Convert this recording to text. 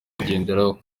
kugenderaho